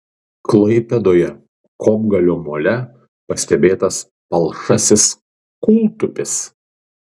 klaipėdoje kopgalio mole pastebėtas palšasis kūltupis